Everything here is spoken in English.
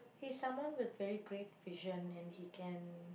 he's someone with very great vision and he can